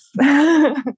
Yes